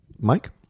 Mike